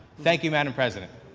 thank you, madam president.